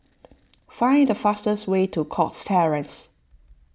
find the fastest way to Cox Terrace